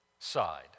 side